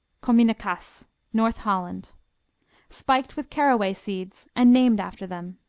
komynekass north holland spiked with caraway seeds and named after them.